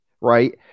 right